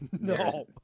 No